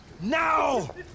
Now